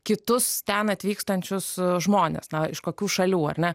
kitus ten atvykstančius žmones na iš kokių šalių ar ne